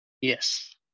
Yes